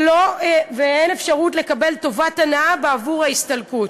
ואין אפשרות לקבל טובת הנאה בעבור ההסתלקות.